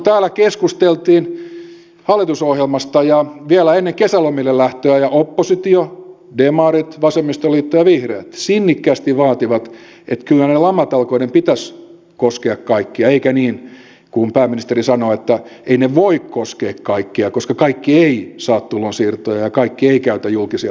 täällä keskusteltiin hallitusohjelmasta vielä ennen kesälomille lähtöä ja oppositio demarit vasemmistoliitto ja vihreät sinnikkäästi vaati että kyllä niiden lamatalkoiden pitäisi koskea kaikkia eikä niin kuin pääministeri sanoo että eivät ne voi koskea kaikkia koska kaikki eivät saa tulonsiirtoja ja kaikki eivät käytä julkisia palveluita